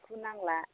बेखौ नांला